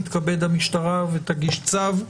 תתכבד המשטרה ותגיש צו,